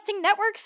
network